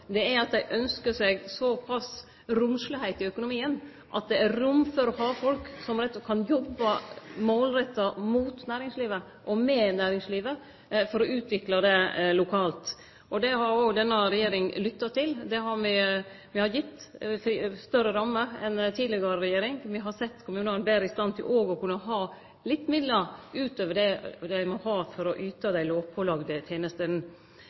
å ha folk som kan jobbe målretta mot næringslivet og med næringslivet for å utvikle det lokalt. Det har òg denne regjeringa lytta til. Me har gitt større rammer enn tidlegare regjeringar. Me har sett kommunane betre i stand til òg å kunne ha midlar utover det dei må ha for å yte dei lovpålagde tenestene.